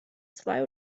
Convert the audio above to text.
zwei